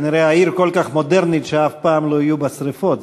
כנראה העיר כל כך מודרנית שאף פעם לא יהיו בה שרפות.